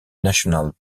national